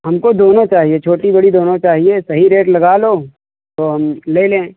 हमको दोनों चाहिए छोटी बड़ी दोनों चाहिए सही रेट लगा लो तो हम ले लें